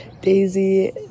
Daisy